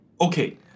Okay